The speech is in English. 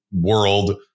world